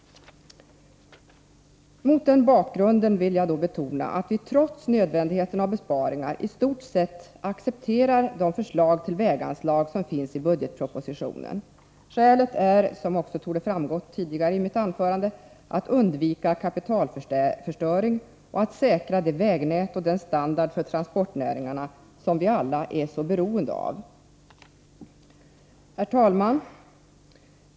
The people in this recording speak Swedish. Mot den bakgrunden vill jag betona att vi trots nödvändigheten av besparingar i stort sett accepterar de förslag till väganslag som finns i budgetpropositionen. Skälet är, som också torde ha framgått tidigare i mitt anförande, att undvika kapitalförstöring och att säkra det vägnät och den standard för transportnäringarna som vi alla är så beroende av. Herr talman!